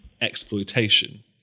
exploitation